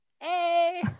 hey